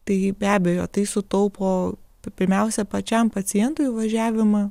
tai be abejo tai sutaupo pirmiausia pačiam pacientui važiavimą